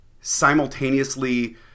simultaneously